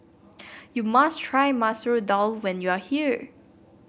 you must try Masoor Dal when you are here